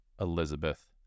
Elizabeth